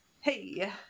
hey